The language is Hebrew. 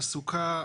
התעסוקה,